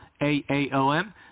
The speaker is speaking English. AAOM